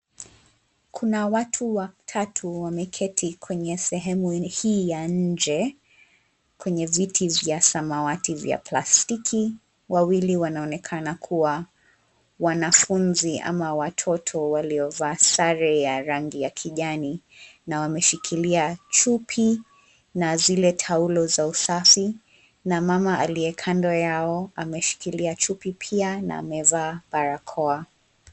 Kuna watu watatu wameketi kwenye sehemu hii ya nje kwenye viti vya samawati vya plastiki. Wawili wanaonekana kuwa wanafunzi ama watoto waliovaa sare ya rangi ya kijani na wameshikilia chupi na zile taulo za usafi na mama aliye kando yao, ameshikilia chupi pia na amevaa barakoa.